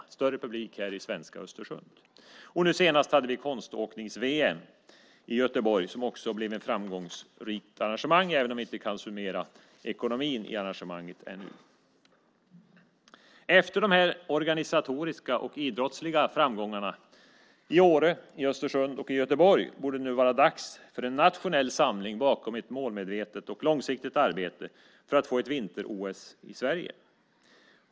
Det var större publik här i svenska Östersund. Nu senast hade vi konståknings-VM i Göteborg som också blev ett framgångsrikt arrangemang, även om vi inte kan summera ekonomin i arrangemanget ännu. Efter de organisatoriska och idrottsliga framgångarna i Åre, Östersund och Göteborg borde det vara dags för en nationell samling bakom ett målmedvetet och långsiktigt arbete för att få ett vinter-OS i Sverige.